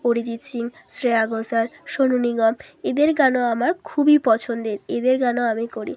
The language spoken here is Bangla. অরিজিত সিং শ্রেয়া ঘোষাল সোনু নিগম এদের গানও আমার খুবই পছন্দের এদের গানও আমি করি